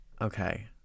okay